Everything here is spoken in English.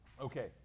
Okay